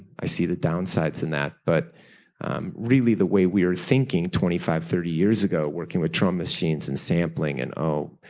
i see the downsides in that but really the way they were thinking twenty five thirty years ago, working with drum machines and sampling and oh,